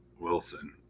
Wilson